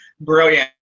brilliant